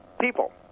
people